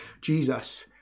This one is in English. Jesus